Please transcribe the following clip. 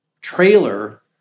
trailer